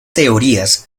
teorías